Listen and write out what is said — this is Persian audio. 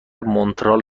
مونترال